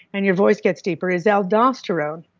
and your voice gets deeper, is aldosterone.